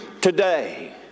today